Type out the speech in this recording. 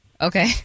Okay